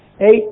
Eight